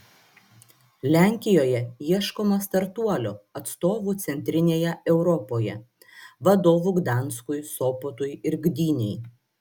lenkijoje ieškoma startuolio atstovų centrinėje europoje vadovų gdanskui sopotui ir gdynei